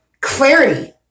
clarity